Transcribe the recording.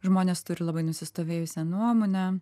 žmonės turi labai nusistovėjusią nuomonę